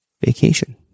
vacation